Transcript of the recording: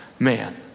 Man